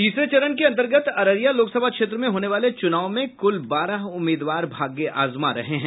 तीसरे चरण के अन्तर्गत अररिया लोकसभा क्षेत्र में होने वाले चुनाव में कुल बारह उम्मीदवार भाग्य आजमा रहे हैं